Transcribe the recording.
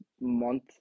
month